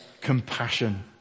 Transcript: compassion